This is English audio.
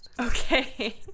Okay